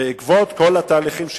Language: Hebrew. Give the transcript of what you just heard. שבעקבות כל התהליכים שהתפתחו,